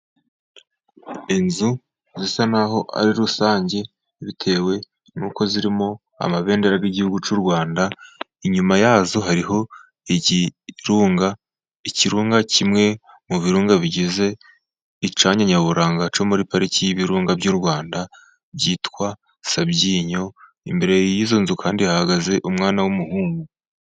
Inzu zisa n'aho ari rusange, bitewe n'uko zirimo amabendera y'igihugu cy'u Rwanda, inyuma yazo hariho ikirunga, ikirunga kimwe mu birunga bigize icyanya nyaburanga cyo muri pariki y'ibirunga by'u Rwanda, byitwa Sabyinyo, imbere y'izo nzu kandi hahagaze umwana w'umuhungu.